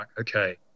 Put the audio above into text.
okay